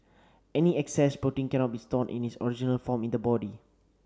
any excess protein cannot be stored in its original form in the body